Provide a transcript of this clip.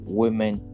women